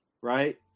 right